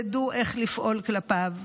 תדעו איך לפעול כלפיו.